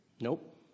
Nope